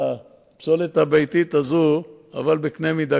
לגבי הפסולת הביתית, רבותי, הפסולת הביתית במדינת